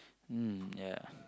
mm ya